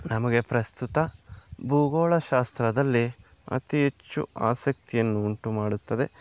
ನಮಗೆ ಪ್ರಸ್ತುತ ಭೂಗೋಳ ಶಾಸ್ತ್ರದಲ್ಲಿ ಅತಿ ಹೆಚ್ಚು ಆಸಕ್ತಿಯನ್ನು ಉಂಟು ಮಾಡುತ್ತದೆ